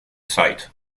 site